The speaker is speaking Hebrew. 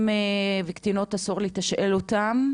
ואסור לתשאל קטינים וקטינות,